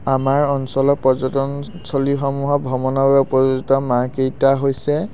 আমাৰ অঞ্চলত পৰ্যটনস্থলীসমূহৰ ভ্ৰমণৰ বাবে উপযোগিতা মাহকেইটা হৈছে